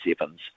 sevens